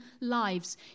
lives